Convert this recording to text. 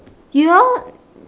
y'all